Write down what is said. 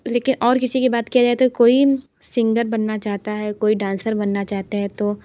लेकिन और किसी की बात किया जाए तो कोई सिंगर बनना चाहता है कोई डांसर बनना चाहते हैं तो